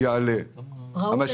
ראול,